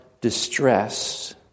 distress